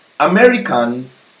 Americans